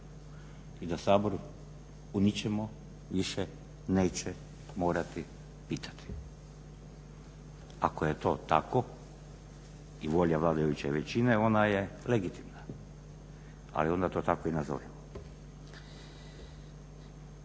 I da Sabor u ničemu više neće morati pitati. Ako je to tako i volja vladajuće većine ona je legitimna, ali onda to tako i nazovimo.